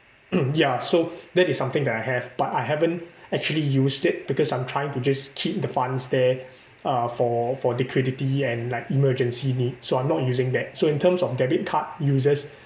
ya so that is something that I have but I haven't actually used it because I'm trying to just keep the funds there uh for for liquidity and like emergency needs so I'm not using that so in terms of debit card uses